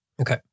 okay